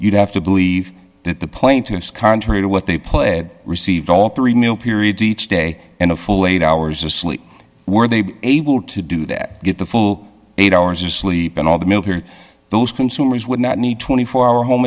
you'd have to believe that the plaintiffs contrary to what they pled received all three mil periods each day and a full eight hours asleep were they able to do that get the full eight hours of sleep and all the military those consumers would not need twenty four hour home